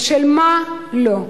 ושל מה לא.